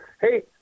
Hey